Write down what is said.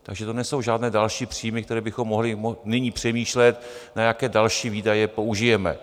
Takže to nejsou žádné další příjmy, o kterých bychom mohli nyní přemýšlet, na jaké další výdaje použijeme.